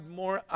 more